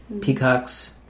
Peacocks